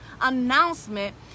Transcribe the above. announcement